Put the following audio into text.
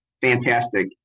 fantastic